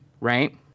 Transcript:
right